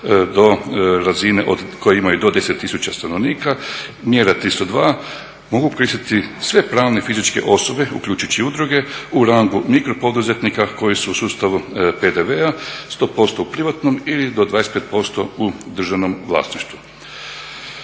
do razine koji imaju do 10 tisuća stanovnika. Mjera 302 mogu … sve pravne i fizičke osobe uključujući udruge u rangu mikropoduzetnika koji su u sustavu PDV-a 100% privatnom ili do 25% u državnom vlasništvu.